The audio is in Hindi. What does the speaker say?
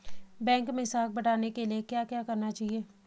बैंक मैं साख बढ़ाने के लिए क्या क्या करना चाहिए?